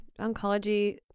oncology